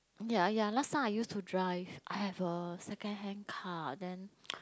ya ya last time I used to drive I have a second hand car then